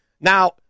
Now